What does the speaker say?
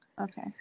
Okay